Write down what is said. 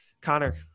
Connor